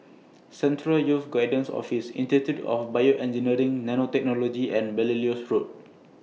Central Youth Guidance Office Institute of Bioengineering Nanotechnology and Belilios Road